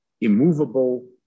immovable